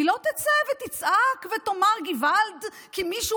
והיא לא תצא ותצעק ותאמר "געוואלד" כי מישהו